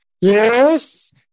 Yes